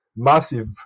Massive